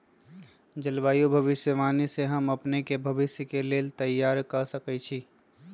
जलवायु भविष्यवाणी से हम अपने के भविष्य के लेल तइयार कऽ सकै छी